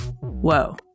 whoa